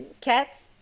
Cats